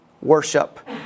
worship